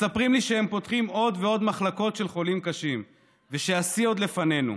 מספרים לי שהם פותחים עוד ועוד מחלקות של חולים קשים ושהשיא עוד לפנינו.